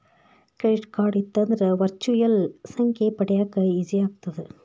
Credit card ಇತ್ತಂದ್ರ virtual ಸಂಖ್ಯೆ ಪಡ್ಯಾಕ ಈಜಿ ಆಗತ್ತ?